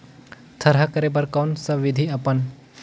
थरहा करे बर कौन सा विधि अपन?